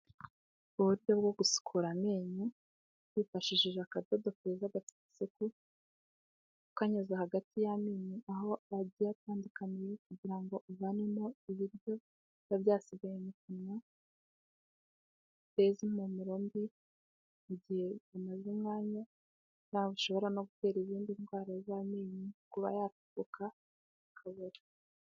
Uburyo bwo gusukura amenyo twifashishije akadodo koza gafite isukum ukanyuze hagati y'amenyo aho agiye atandukaniye, kugira ngo uvanemo ibiryo biba byasigaye mu kanwa, biteza impumuro mbi mugihe bimaze umwanya niho bishobora no gutera izindi ndwara z'amenyo kuba yacukuka akabora.